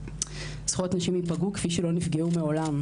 זכויות נשים ייפגעו כפי שלא נפגעו מעולם.